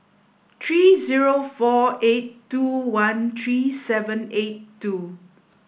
three zero four eight two one three seven eight two